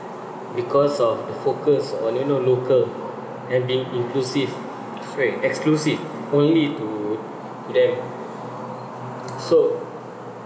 because of the focus on you know local and being inclusive sorry exclusive only to to them so